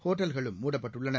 ஹோட்டல்குளும் மூடப்பட்டுள்ளன